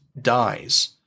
dies